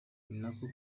niko